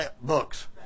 books